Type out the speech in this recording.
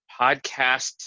podcast